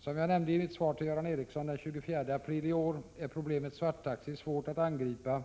Som jag nämnde i mitt svar till Göran Ericsson den 24 april i år är problemet svarttaxi svårt att angripa